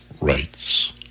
rights